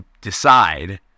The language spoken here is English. decide